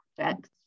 projects